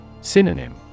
Synonym